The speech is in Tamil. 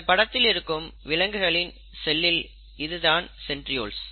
இந்த படத்தில் இருக்கும் விலங்குகளின் செல்லில் இதுதான் சென்ட்ரியோல்ஸ்